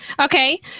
Okay